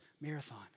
marathon